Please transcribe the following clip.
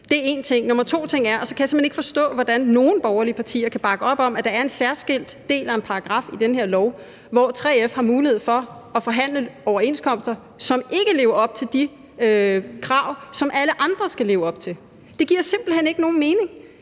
Det er én ting. Den anden ting er, at jeg simpelt hen ikke kan forstå, hvordan nogen borgerlige partier kan bakke op om, at der er en særskilt del af en paragraf i det her lovforslag, hvor 3F har mulighed for at forhandle overenskomster, som ikke lever op til de krav, som alle andre skal leve op til. Det giver simpelt hen ikke nogen mening.